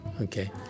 okay